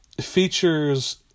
features